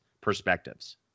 perspectives